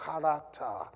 character